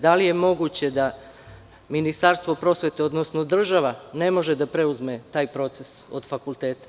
Da li je moguće da Ministarstvo prosvete, odnosno država ne može da preuzme taj proces od fakulteta?